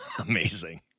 Amazing